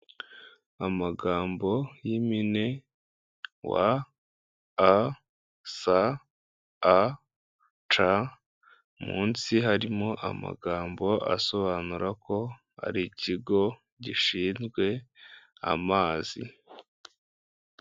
Amagambo y'impine wa a sa a ca munsi harimo amagambo asobanura ko ari ikigo gishinzwe amazi.